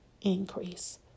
Increase